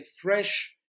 fresh